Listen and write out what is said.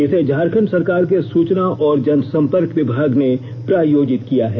इसे झारखंड सरकार के सूचना और जनसंपर्क विभाग ने प्रायोजित किया है